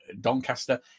Doncaster